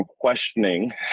questioning